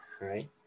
right